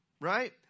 right